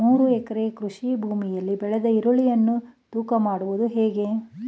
ಮೂರು ಎಕರೆ ಕೃಷಿ ಭೂಮಿಯಲ್ಲಿ ಬೆಳೆದ ಈರುಳ್ಳಿಯನ್ನು ತೂಕ ಮಾಡುವುದು ಹೇಗೆ?